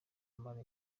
mara